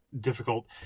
difficult